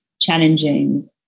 challenging